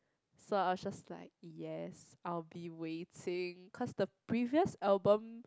so I was just like yes I will be waiting cause the previous album